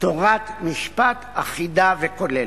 תורת משפט אחידה וכוללת.